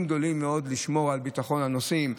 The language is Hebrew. גדולים מאוד לשמור על ביטחון הנוסעים,